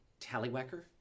Tallywhacker